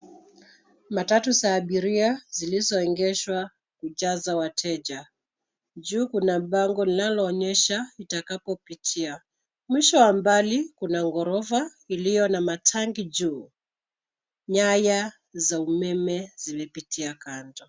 Matatu za abiria zilizoegeshwa kujaza wateja. Juu kuna bango linaloonyesha itakapo pitia. Mwisho wa mbali kuna ghorofa iliyo na matangi juu. Nyaya za umeme zimepitia kando.